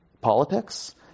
politics